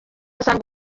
asanga